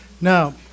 Now